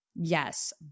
yes